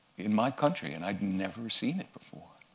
in my country. and i'd never seen it before.